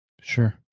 Sure